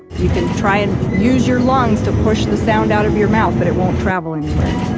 you can try and use your lungs to push the sound out of your mouth but it won't travel anywhere